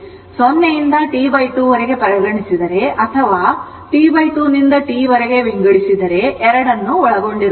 0 ರಿಂದ T 2 ವರೆಗೆ ಪರಿಗಣಿಸಿದರೆ ಅಥವಾ T 2 ರಿಂದ T ವರೆಗೆ ವಿಂಗಡಿಸಿದರೆ ಎರಡನ್ನೂ ಒಳಗೊಂಡಿರುತ್ತದೆ